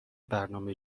برنامه